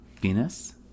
Venus